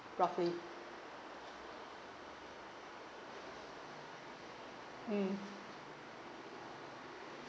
roughly mm